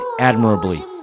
admirably